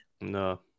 No